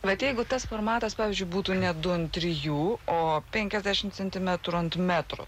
bet jeigu tas formatas pavyzdžiui būtų ne du ant trijų o penkiasdešim centimetrų ant metro